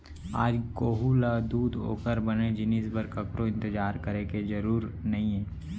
आज कोहूँ ल दूद ओकर बने जिनिस बर ककरो इंतजार करे के जरूर नइये